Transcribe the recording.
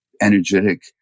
energetic